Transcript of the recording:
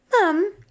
Mom